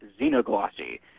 xenoglossy